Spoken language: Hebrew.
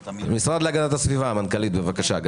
המשרד להגנת הסביבה, המנכ"לית, בבקשה.